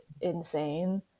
insane